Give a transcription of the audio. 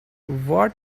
what